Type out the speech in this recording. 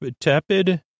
tepid